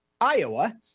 Iowa